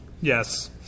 Yes